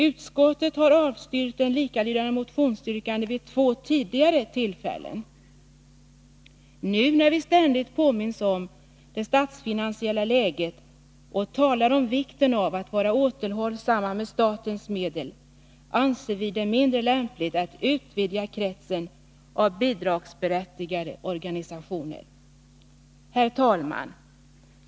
Utskottet har avstyrkt ett likalydande motionsyrkande vid två tidigare tillfällen. Nu, när vi ständigt påminns om det statsfinansiella läget och talar om vikten av att man är återhållsam med statens medel, anser vi det mindre lämpligt att utvidga kretsen av bidragsberättigade organisationer. Herr talman!